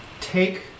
take